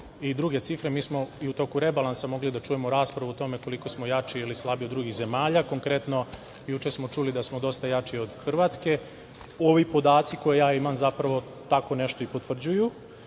i druge cifre. Mi smo i u toku rebalansa mogli da čujemo raspravu o tome koliko smo jači ili slabiji od drugih zemalja. Konkretno, juče smo čuli da smo dosta jači od Hrvatske. Ovi podaci koje ja imam zapravo tako nešto i potvrđuju,